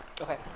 Okay